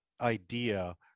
idea